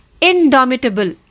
indomitable